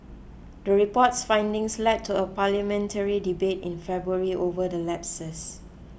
the report's findings led to a parliamentary debate in February over the lapses